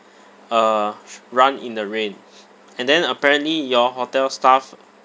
uh run in the rain and then apparently your hotel staff